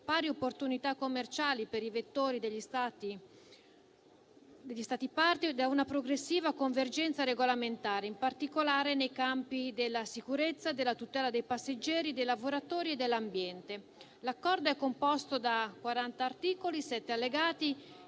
pari opportunità commerciali per i vettori degli Stati parte e da una progressiva convergenza regolamentare, in particolare nei campi della sicurezza, della tutela dei passeggeri, dei lavoratori e dell'ambiente. L'Accordo è composto da 40 articoli e 7 allegati